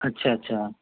اچھا اچھا